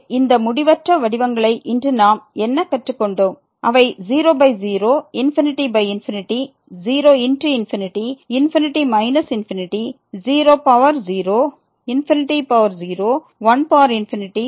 எனவே இந்த முடிவற்ற வடிவங்களை இன்று நாம் என்ன கற்றுக்கொண்டோம் அவை 00 ∞∞ 0×∞ ∞∞ 00 0 1